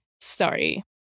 Sorry